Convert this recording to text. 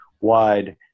wide